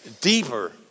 deeper